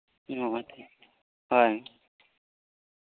ᱚ ᱟᱪᱪᱷᱟ ᱦᱚᱭ